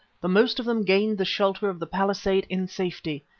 the most of them gained the shelter of the palisade in safety,